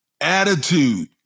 Attitude